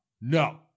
No